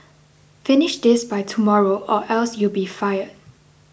finish this by tomorrow or else you'll be fired